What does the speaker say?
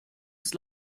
ist